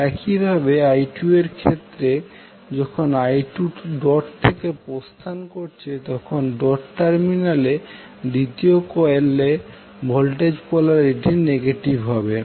একই ভাবে i2এর ক্ষেত্রে যখন i2 ডট থেকে প্রস্থান করছে তখন ডট টার্মিনালে দ্বিতীয় কয়েলে ভোল্টেজের পোলারিটি নেগেটিভ হবে